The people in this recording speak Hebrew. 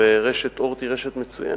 ורשת "אורט" היא רשת מצוינת,